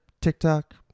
TikTok